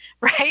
right